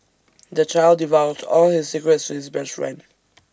the child divulged all his secrets to his best friend